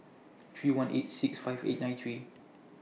three one eight six five eight nine three